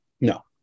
No